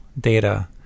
data